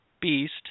beast